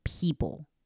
people